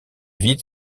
vite